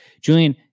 Julian